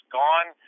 gone